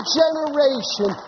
generation